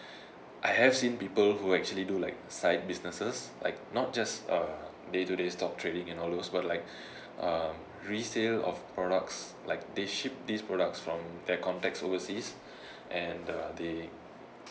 I have seen people who actually do like side businesses like not just a day to day stock trading and all those but like a resale of products like they ship these products from their contacts overseas and uh they